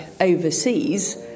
overseas